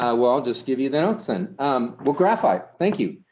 ah well, i'll just give you the notes and what graphite. thank you.